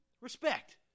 respect